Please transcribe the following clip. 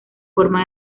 forma